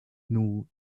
new